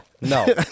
no